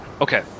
okay